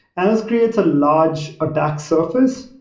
and this creates a large attack surface.